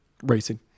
Racing